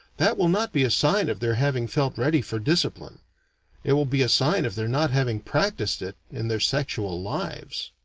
that will not be a sign of their having felt ready for discipline it will be a sign of their not having practised it in their sexual lives.